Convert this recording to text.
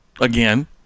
again